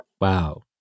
wow